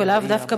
ולאו דווקא